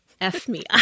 F-me